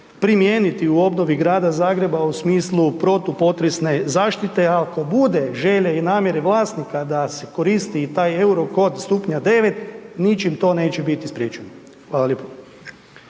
primijeniti u obnovi Grada Zagreba u smislu protupotresne zaštite, ako bude želje i namjere vlasnika da se koristi i taj euro kod stupnja 9 ničim to neće biti spriječeno. Hvala lijepo.